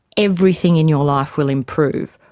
everything in your life will improve.